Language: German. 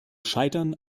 scheitern